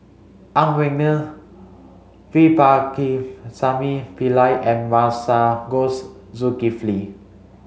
Ang Wei Neng V Pakirisamy Pillai and Masagos Zulkifli